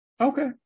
Okay